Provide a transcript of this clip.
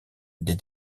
des